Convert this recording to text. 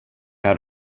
out